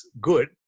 good